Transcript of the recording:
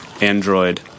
android